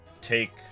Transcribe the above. take